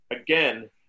again